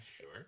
Sure